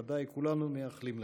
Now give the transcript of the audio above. ודאי, כולנו מייחלים לכך.